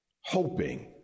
hoping